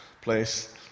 place